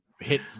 hit